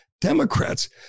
Democrats